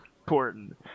important